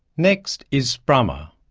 next is sprummer,